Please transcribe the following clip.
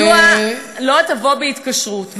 מדוע לא תבוא בהתקשרות?